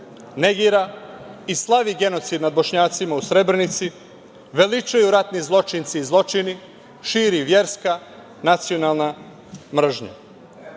negira i slavi genocid nad Bošnjacima u Srebrenici, veličaju ratni zločinci i zločini, širi verska, nacionalna mržnja? Isti